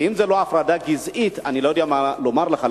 ואם זאת לא הפרדה גזעית, אני לא יודע מה לומר לך.